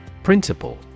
Principle